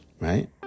Right